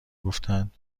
گفتند